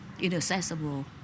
inaccessible